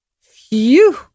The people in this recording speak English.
phew